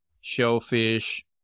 shellfish